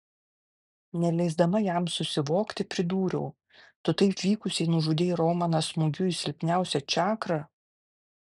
neleisdama jam susivokti pridūriau tu taip vykusiai nužudei romaną smūgiu į silpniausią čakrą